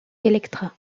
elektra